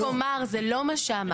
שוב אומר, זה לא מה שאמרתי.